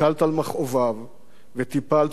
וטיפלת בו במסירות אין קץ.